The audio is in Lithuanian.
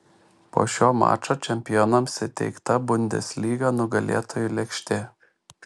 po šio mačo čempionams įteikta bundesliga nugalėtojų lėkštė